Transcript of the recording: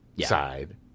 side